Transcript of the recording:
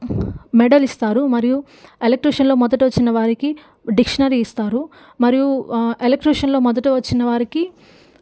medal ఇస్తారు మరియు ఎలక్యూషన్లో మొదట వచ్చిన వారికి డిక్షనరీ ఇస్తారు మరియు ఎలక్యూషన్లో మొదట వచ్చిన వారికి